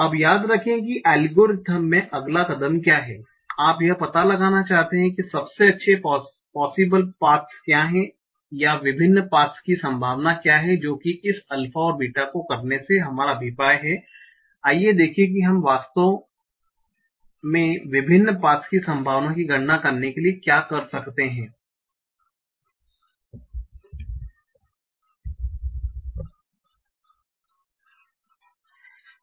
अब याद रखें कि एल्गोरिथ्म में अगला कदम क्या है आप यह पता लगाना चाहते हैं कि सबसे अच्छे पॉसिबल पाथ्स क्या हैं या विभिन्न पाथ्स की संभावना क्या है जो कि इस अल्फा और बीटा को करने से हमारा अभिप्राय है आइए देखें कि हम वास्तव mein विभिन्न पाथ्स की संभावनाओं की गणना करने के लिए क्या कर सकते हैं करें